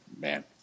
man